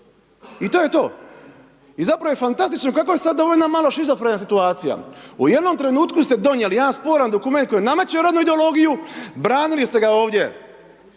i to je to. I zapravo je fantastično kako je sad ovo jedna malo shizofrena situacija. U jednom trenutku ste donijeli jedan sporan dokument koji nameće rodnu ideologiju, branili ste ga ovdje,